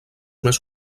més